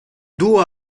duo